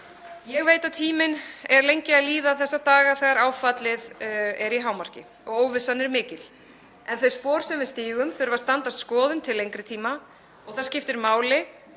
Ég veit að tíminn er lengi að líða þessa daga þegar áfallið er í hámarki og óvissan er mikil. En þau spor sem við stígum þurfa að standast skoðun til lengri tíma og það skiptir máli